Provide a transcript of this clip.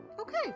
Okay